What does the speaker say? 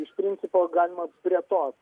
iš principo galima prie tos